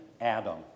Adam